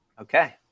Okay